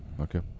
Okay